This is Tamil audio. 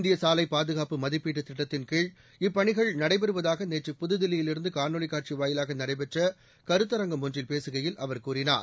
இந்திய சாலை பாதுகாப்பு மதிப்பீட்டுத் திட்டத்தின்கீழ் இப்பணிகள் நடைபெறுவதாக நேற்று புதுதில்லியிலிருந்து காணொலிக் காட்சி வாயிலாக நடைபெற்ற கருத்தரங்கம் ஒன்றில் பேசுகையில் அவர் கூறினார்